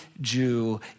Jew